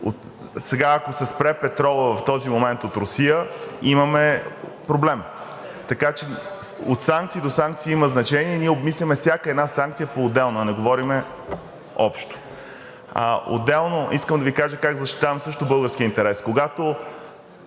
Сега, ако се спре петролът в този момент от Русия – имаме проблем. Така че от санкции до санкции има значение и ние обмисляме всяка една санкции поотделно, не говорим общо. Отделно искам да Ви кажа как защитавам също българския интерес. Когато